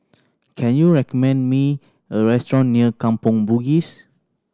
can you recommend me a restaurant near Kampong Bugis